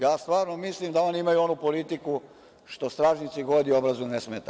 Ja stvarno mislim da oni imaju onu politiku – što stražnjici godi, obrazu ne smeta.